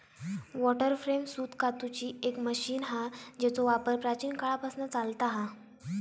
water frame सूत कातूची एक मशीन हा जेचो वापर प्राचीन काळापासना चालता हा